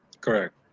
Correct